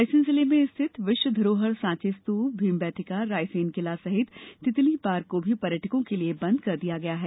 रायसेन जिले में स्थित विश्व धरोहर सांची स्तूप भीम बैठिका रायसेन किला सहित तितली पार्क को भी पर्यटकों के लिए बंद कर दिया गया है